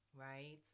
right